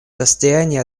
состоянии